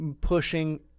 pushing